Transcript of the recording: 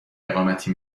اقامتی